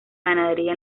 ganadería